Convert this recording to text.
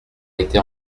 été